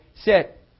sit